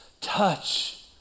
Touch